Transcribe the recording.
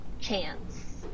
chance